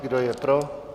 Kdo je pro?